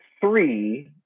three